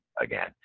Again